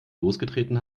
losgetreten